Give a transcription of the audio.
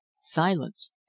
silence